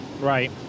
Right